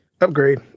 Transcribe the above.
upgrade